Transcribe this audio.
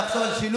נחשוב על שילוב.